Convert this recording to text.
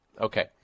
Okay